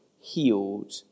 healed